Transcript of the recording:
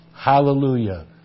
Hallelujah